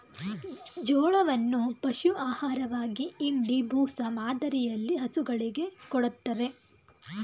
ಜೋಳವನ್ನು ಪಶು ಆಹಾರವಾಗಿ ಇಂಡಿ, ಬೂಸ ಮಾದರಿಯಲ್ಲಿ ಹಸುಗಳಿಗೆ ಕೊಡತ್ತರೆ